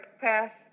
path